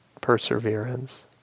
perseverance